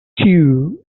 queue